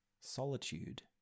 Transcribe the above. Solitude